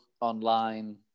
online